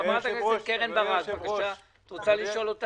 חברת הכנסת קרן ברק, את רוצה לשאול?